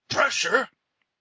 Pressure